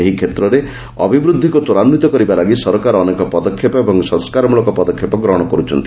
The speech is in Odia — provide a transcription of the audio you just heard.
ଏହି କ୍ଷେତ୍ରରେ ଅଭିବୃଦ୍ଧିକୁ ତ୍ୱରାନ୍ୱିତ କରିବା ଲାଗି ସରକାର ଅନେକ ପଦକ୍ଷେପ ଓ ସଂସ୍କାରମ୍ଳକ ପଦକ୍ଷେପ ଗ୍ରହଣ କରୁଛନ୍ତି